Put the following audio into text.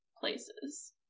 places